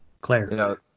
Claire